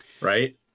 Right